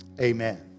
Amen